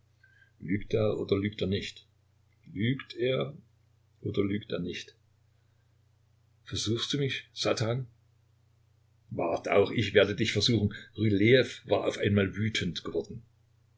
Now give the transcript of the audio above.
oder lügt er nicht lügt er oder lügt er nicht versuchst du mich satan wart auch ich werde dich versuchen rylejew war auf einmal wütend geworden